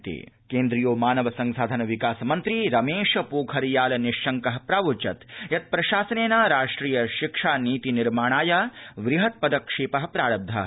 मानवसंसाधनविकासमन्त्रालयः केन्द्रीयो मानव संसाधन विकास मन्त्री रमेश पोखरियाल निश्शङ्कः प्रावोचत् यत् प्रशासनेन राष्ट्रिय शिक्षा नीति निर्माणाय वृहत्पदक्षेपः प्रारब्धः